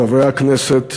חברי הכנסת